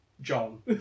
John